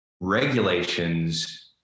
regulations